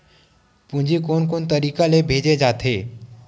पूंजी कोन कोन तरीका ले भेजे जाथे?